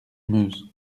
meuse